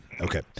Okay